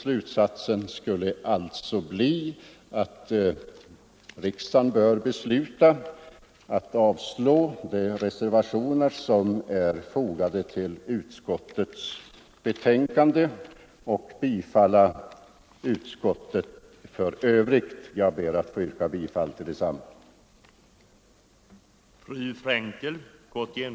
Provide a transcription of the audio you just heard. Slutsatsen skulle alltså bli, att riksdagen bör besluta avslå de reservationer som är fogade till utskottets betänkande och bifalla utskottets skrivning i övrigt. Jag ber att få yrka bifall till utskottets hemställan.